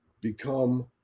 become